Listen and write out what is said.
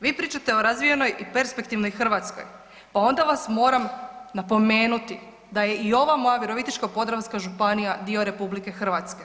Vi pričate o razvijenoj i perspektivnoj Hrvatskoj, pa onda vas moram napomenuti da je i ova moja Virovitičko-podravska županija dio RH.